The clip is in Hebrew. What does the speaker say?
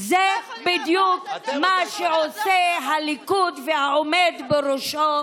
זה בדיוק מה שעושים הליכוד והעומד בראשו,